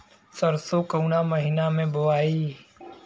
सरसो काउना महीना मे बोआई?